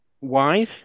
wise